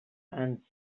antz